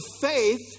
faith